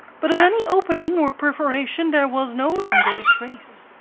but of any opening or perforation there was no longer a trace.